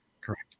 Correct